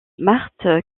marthe